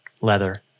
leather